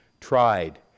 tried